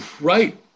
Right